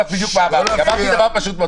אמרתי דבר פשוט.